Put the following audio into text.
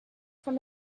from